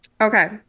Okay